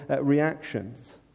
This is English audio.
reactions